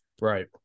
Right